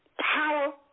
power